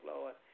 Lord